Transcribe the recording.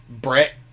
Brett